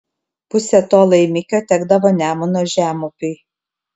pusė to laimikio tekdavo nemuno žemupiui